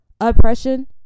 oppression